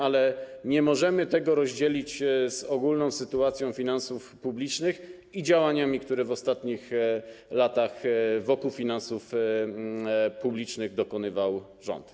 Ale nie możemy tego rozdzielić z ogólną sytuacją finansów publicznych i działaniami, które w ostatnich latach wokół finansów publicznych dokonywał rząd.